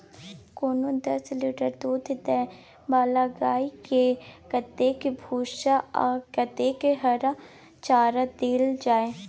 कोनो दस लीटर दूध दै वाला गाय के कतेक भूसा आ कतेक हरा चारा देल जाय?